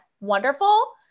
wonderful